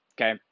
Okay